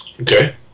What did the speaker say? Okay